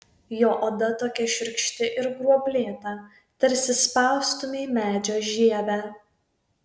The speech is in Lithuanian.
jo oda tokia šiurkšti ir gruoblėta tarsi spaustumei medžio žievę